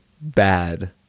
bad